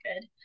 good